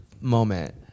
moment